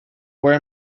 were